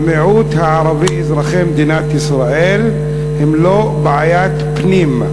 המיעוט הערבי אזרחי מדינת ישראל הם לא בעיית פנים.